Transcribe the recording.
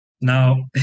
Now